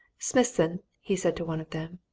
smithson, he said to one of them,